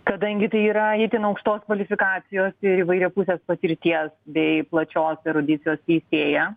kadangi tai yra itin aukštos kvalifikacijos ir įvairiapusės patirties bei plačios erudicijos teisėja